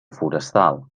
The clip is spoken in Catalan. forestal